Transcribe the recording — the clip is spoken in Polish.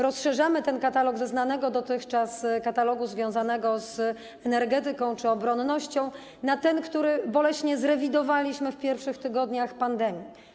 Rozszerzamy ten katalog: ze znanego dotychczas katalogu związanego z energetyką czy obronnością na ten, który boleśnie zrewidowaliśmy w pierwszych tygodniach pandemii.